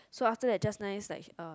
so after that just nice like she uh